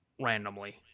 randomly